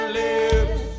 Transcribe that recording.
lips